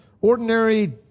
ordinary